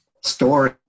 story